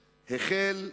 הזאת.